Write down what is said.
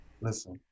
Listen